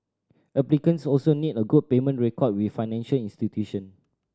applicants also need a good payment record with financial institution